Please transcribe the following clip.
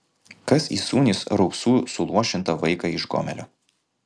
kas įsūnys raupsų suluošintą vaiką iš gomelio